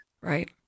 Right